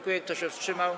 Kto się wstrzymał?